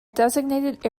designated